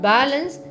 Balance